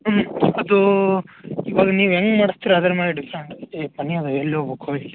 ಹ್ಞೂ ಅದೂ ಇವಾಗ ನೀವು ಹೆಂಗೆ ಮಾಡ್ಸ್ತೀರ ಅದ್ರ ಮೇಲೆ ಡಿಪೆಂಡ್ ಏ ಪನ್ನಿಯದ ಎಲ್ಲಿ ಹೋಗ್ಬೇಕು